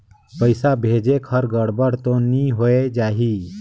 पइसा भेजेक हर गड़बड़ तो नि होए जाही?